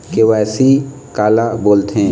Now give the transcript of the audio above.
KYC काला बोलथें?